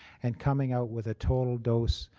and coming out with a total dose,